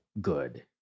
good